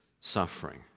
suffering